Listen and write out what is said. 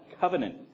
covenant